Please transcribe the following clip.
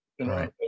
right